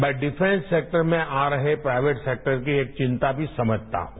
मैं defence sector आ रहे प्राइवेट सेक्टर की एक चिंता भी समझता हूं